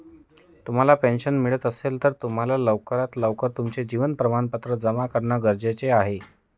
तुम्हाला पेन्शन मिळत असेल, तर तुम्हाला लवकरात लवकर तुमचं जीवन प्रमाणपत्र जमा करणं गरजेचे आहे